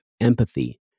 empathy